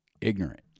ignorant